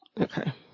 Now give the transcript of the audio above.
Okay